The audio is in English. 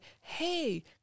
Hey